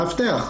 מאבטח.